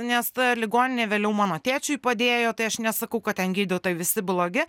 nes ta ligoninė vėliau mano tėčiui padėjo tai aš nesakau kad ten gydytojai visi blogi